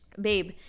Babe